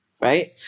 right